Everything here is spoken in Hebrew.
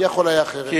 מי יכול היה אחרת?